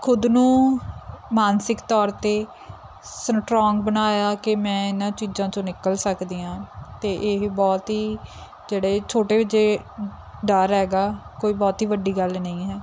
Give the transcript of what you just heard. ਖੁਦ ਨੂੰ ਮਾਨਸਿਕ ਤੌਰ 'ਤੇ ਸਰਟਰੋਂਗ ਬਣਾਇਆ ਕਿ ਮੈਂ ਇਹਨਾਂ ਚੀਜ਼ਾਂ 'ਚੋਂ ਨਿਕਲ ਸਕਦੀ ਹਾਂ ਅਤੇ ਇਹ ਬਹੁਤ ਹੀ ਜਿਹੜੇ ਛੋਟੇ ਜਿਹੇ ਡਰ ਹੈਗਾ ਕੋਈ ਬਹੁਤੀ ਵੱਡੀ ਗੱਲ ਨਹੀਂ ਹੈ